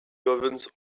governs